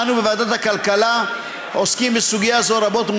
אנו בוועדת הכלכלה עוסקים בסוגיה זו רבות,